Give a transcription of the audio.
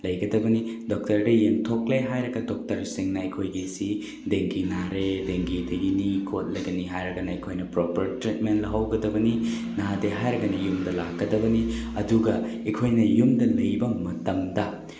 ꯂꯩꯒꯗꯕꯅꯤ ꯗꯣꯛꯇꯔꯗ ꯌꯦꯡꯊꯣꯛꯂꯦ ꯍꯥꯏꯔꯒ ꯗꯣꯛꯇꯔꯁꯤꯡꯅ ꯑꯩꯈꯣꯏꯒꯤꯁꯤ ꯗꯦꯡꯒꯤ ꯅꯥꯔꯦ ꯗꯦꯡꯒꯤꯗꯒꯤꯅꯤ ꯈꯣꯠꯂꯒꯅꯤ ꯍꯥꯏꯔꯒꯅ ꯑꯩꯈꯣꯏꯅ ꯄ꯭ꯔꯣꯞꯔ ꯇ꯭ꯔꯤꯠꯃꯦꯟ ꯂꯧꯍꯧꯒꯗꯕꯅꯤ ꯅꯥꯗꯦ ꯍꯥꯏꯔꯒꯅ ꯌꯨꯝꯗ ꯂꯥꯛꯀꯗꯕꯅꯤ ꯑꯗꯨꯒ ꯑꯩꯈꯣꯏꯅ ꯌꯨꯝꯗ ꯂꯩꯕ ꯃꯇꯝꯗ